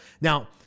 Now